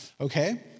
Okay